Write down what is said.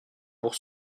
pour